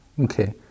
okay